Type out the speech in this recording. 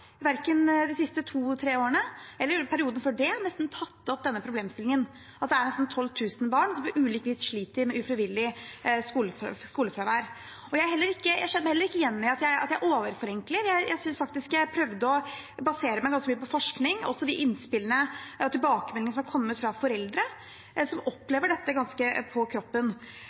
verken de siste to–tre årene eller i perioden før det, har tatt opp denne problemstillingen, at det er nesten 12 000 barn som på ulikt vis sliter med ufrivillig skolefravær. Jeg kjenner meg heller ikke igjen i at jeg overforenkler. Jeg synes faktisk jeg prøvde å basere meg ganske mye på forskning og også de innspillene og tilbakemeldingene som har kommet fra foreldre som opplever dette på kroppen.